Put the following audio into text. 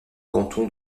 canton